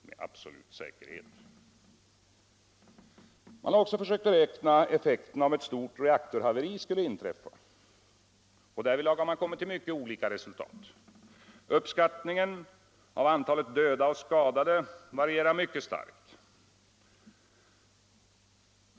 Man har också försökt beräkna effekterna om ett stort reaktorhaveri skulle inträffa. Därvidlag har man kommit till mycket olika resultat. Uppskattningen av antalet döda och skadade varierar mycket starkt.